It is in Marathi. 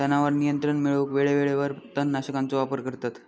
तणावर नियंत्रण मिळवूक वेळेवेळेवर तण नाशकांचो वापर करतत